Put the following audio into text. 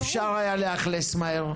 אפשר היה לאכלס מהר,